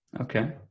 Okay